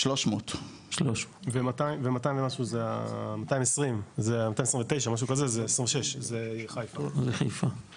300. ו-229 משהו כזה זה 26, זה חיפה.